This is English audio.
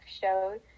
showed